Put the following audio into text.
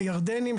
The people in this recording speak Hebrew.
הירדנים,